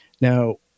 Now